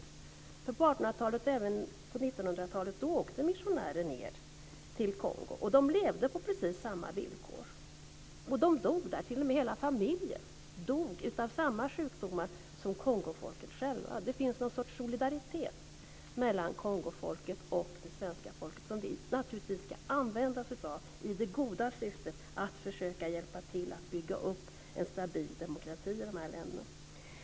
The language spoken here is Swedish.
På 1800-talet och även på 1900-talet åkte missionärer till Kongo och levde på precis samma villkor. Och de dog där. Hela familjer dog av samma sjukdomar som Kongofolket själva. Det finns någon sorts solidaritet mellan Kongofolket och det svenska folket som vi naturligtvis ska använda oss av i det goda syftet att försöka hjälpa till att bygga upp en stabil demokrati i de här länderna.